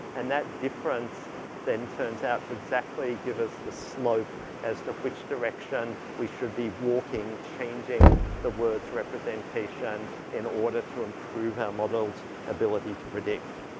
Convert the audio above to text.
and that difference then turns out to exactly give us the slope as to which direction we should be walking changing the words representation in order to improve our model's ability to predict.